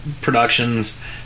Productions